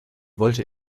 wollte